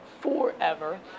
forever